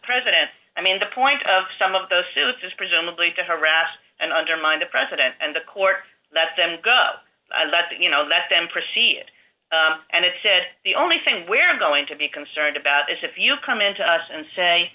president i mean the point of some of those suits is presumably to harass and undermine the president and the court that's and go you know that them proceed and it said the only thing we're going to be concerned about is if you come into us and say